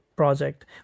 project